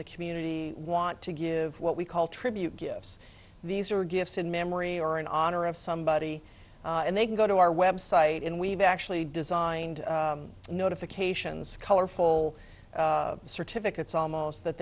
the community want to give what we call tribute gifts these are gifts in memory or an honor of somebody and they can go to our website and we've actually designed notifications colorful certificates almost that